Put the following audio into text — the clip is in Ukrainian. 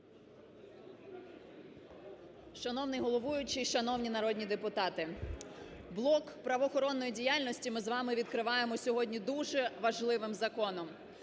Шановний головуючий, шановні народні депутати! Блок правоохоронної діяльності ми з вами відкриваємо сьогодні дуже важливим законом.